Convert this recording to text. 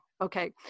okay